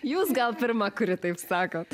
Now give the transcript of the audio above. jūs gal pirma kuri taip sakot